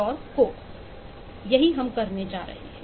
यही हम करने जा रहे हैं